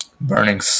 burning